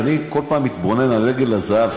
אני כל פעם מתבונן על עגל הזהב,